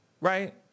right